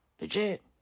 Legit